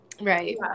Right